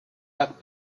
как